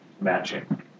matching